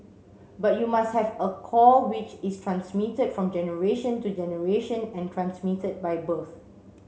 but you must have a core which is transmitted from generation to generation and transmitted by birth